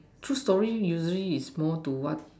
choose story usually it's more to what